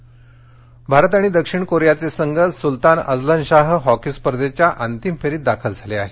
hockey Bharat आणि दक्षिण कोरियाचे संघ सुलतान अझलन शाह हॉकी स्पर्धेच्या अंतिम फेरीत दाखल झाले आहेत